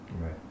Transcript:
Right